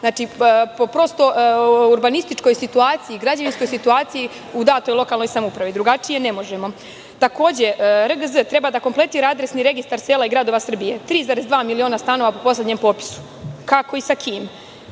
Po prosto urbanističkoj situaciji i građevinskoj situaciji u datoj lokalnoj samoupravi. Drugačije ne možemo. Takođe, RGZ treba da kompletira adresni registar sela i gradova Srbije, 3,2 miliona stanova po poslednjem popisu, kako i sa kim. Opet